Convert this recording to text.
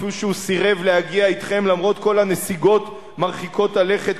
כפי שהוא סירב להגיע אתכם למרות כל הנסיגות מרחיקות הלכת,